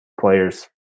players